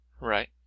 right